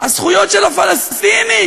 הזכויות של הפלסטינים,